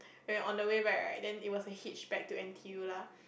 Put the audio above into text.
we were on the way back right then it was a hitch back to N_T_U lah